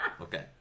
okay